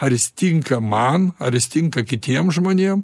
ar jis tinka man ar jis tinka kitiem žmonėm